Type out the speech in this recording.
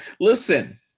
listen